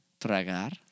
Tragar